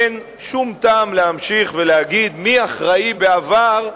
אין שום טעם להמשיך להגיד מי אחראי בעבר,